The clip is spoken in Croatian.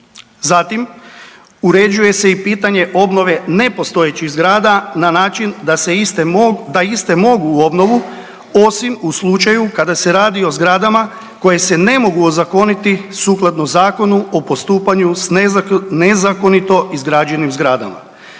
Zatim uređuje se i pitanje obnove nepostojećih zgrada na način da iste mogu u obnovu osim u slučaju kada se radi o zgradama koje se ne mogu ozakoniti sukladno Zakonu o postupanju s nezakonito izgrađenim zgradama.